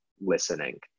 listening